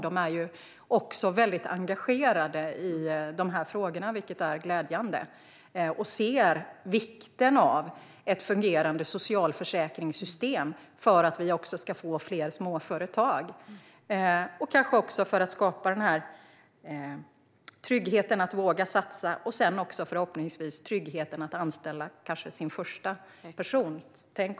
De är engagerade i de här frågorna, vilket är glädjande. De ser vikten av ett fungerande socialförsäkringssystem för att vi ska få fler småföretag, kanske också för att skapa tryggheten att våga satsa och förhoppningsvis tryggheten att sedan anställa sin första medarbetare.